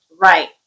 right